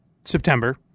September